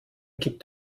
gibt